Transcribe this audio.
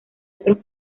otros